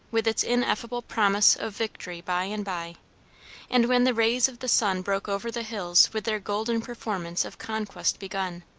with its ineffable promise of victory by and by and when the rays of the sun broke over the hills with their golden performance of conquest begun,